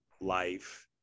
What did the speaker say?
life